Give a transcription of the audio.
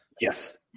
Yes